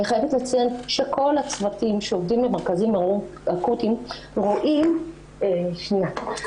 אני חייבת לציין שכל הצוותים שעובדים במרכזים האקוטיים רואים את